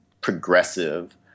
progressive